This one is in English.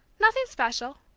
nothing special.